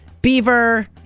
beaver